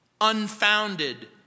unfounded